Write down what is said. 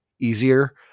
easier